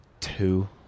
two